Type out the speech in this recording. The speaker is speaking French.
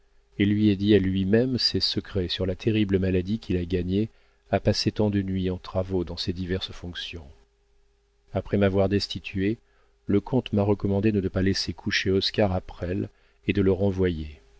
et lui a dit à lui-même ses secrets sur la terrible maladie qu'il a gagnée à passer tant de nuits en travaux dans ses diverses fonctions après m'avoir destitué le comte m'a recommandé de ne pas laisser coucher oscar à presles et de le renvoyer